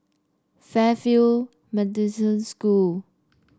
Fairfield Methodist School